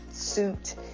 suit